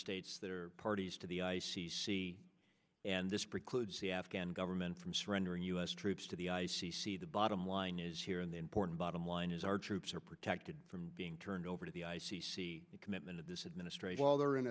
states that are parties to the i c c and this precludes the afghan government from surrendering u s troops to the i c c the bottom line is here in the important bottom line is our troops are protected from being turned over to the the commitment of this administration while they are in